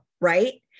right